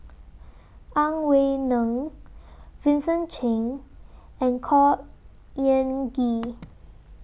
Ang Wei Neng Vincent Cheng and Khor Ean Ghee